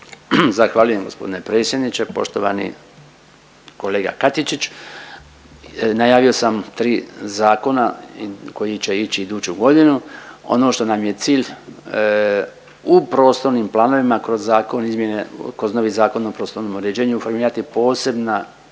Zahvaljujem gospodine predsjedniče. Poštovani kolega Katičić, najavio sam tri zakona koji će ići iduću godinu. Ono što nam je cilj u prostornim planovima kroz zakon izmjene, kroz novi Zakon o prostornom uređuju formirati posebna,